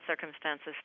circumstances